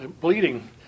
bleeding